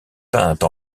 peinte